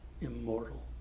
immortal